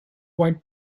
white